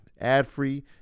ad-free